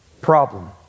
problem